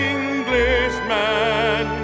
Englishman